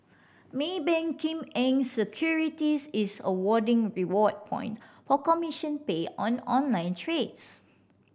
Maybank Kim Eng Securities is awarding reward point for commission paid on online trades